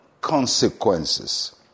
consequences